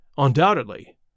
undoubtedly